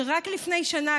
שרק לפני שנה,